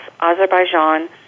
Azerbaijan